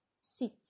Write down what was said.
Sit